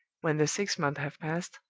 when the six months have passed,